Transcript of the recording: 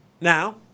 Now